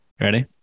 ready